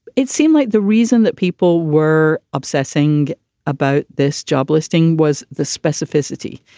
it seemed like the reason that people were obsessing about this job listing was the specificity.